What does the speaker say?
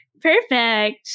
perfect